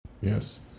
yes